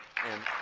and